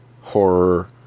horror